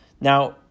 Now